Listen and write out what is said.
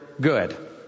Good